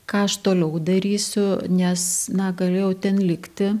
ką aš toliau darysiu nes na galėjau ten likti